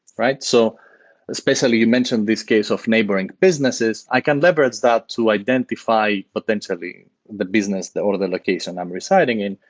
right? so especially, you mentioned this case of neighboring businesses. i can leverage that to identify potentially the business or the location i'm residing in,